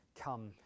come